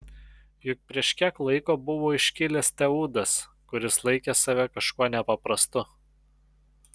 juk prieš kiek laiko buvo iškilęs teudas kuris laikė save kažkuo nepaprastu